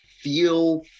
feel